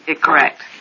Correct